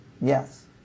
yes